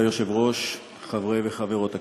כבוד היושב-ראש, חברי וחברות הכנסת,